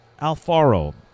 Alfaro